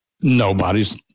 nobody's